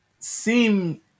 seem